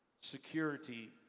Security